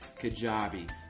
Kajabi